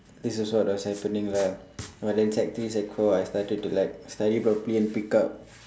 this is what was happening lah but then sec three sec four I started to like study properly and pick up